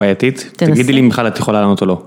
בעייתית, תגידי לי אם בכלל את יכולה לענות או לא.